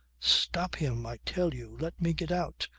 stop him i tell you. let me get out!